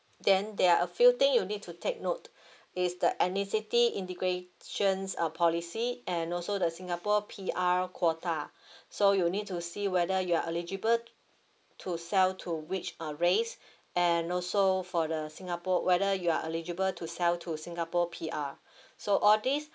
then there are a few thing you need to take note is the ethnicity integrations uh policy and also the singapore P_R quota so you need to see whether you are eligible to sell to which uh race and also for the singapore whether you are eligible to sell to singapore P_R so all these